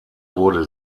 wurde